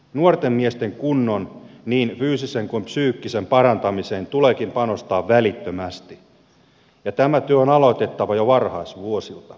nuorten miesten kunnon niin fyysisen kuin psyykkisen parantamiseen tuleekin panostaa välittömästi ja tämä työ on aloitettava jo varhaisvuosilta